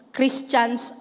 Christians